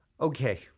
Okay